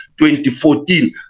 2014